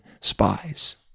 spies